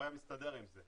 הוא היה מסתדר עם זה.